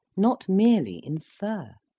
not merely infer